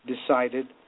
decided